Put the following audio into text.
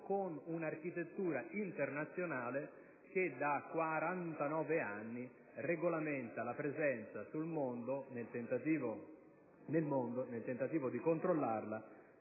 con un'architettura internazionale che da 49 anni regolamenta la presenza nel mondo, nel tentativo di controllarla,